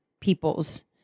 people's